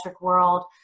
world